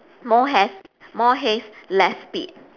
more haste more haste less speed